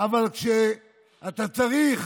אבל כשאתה צריך